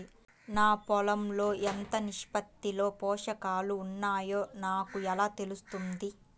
నా పొలం లో ఎంత నిష్పత్తిలో పోషకాలు వున్నాయో నాకు ఎలా తెలుస్తుంది?